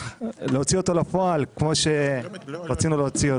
להוציא אותו לפועל כמו שרצינו להוציא אותו.